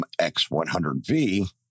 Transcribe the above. X100V